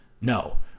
No